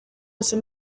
wose